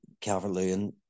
Calvert-Lewin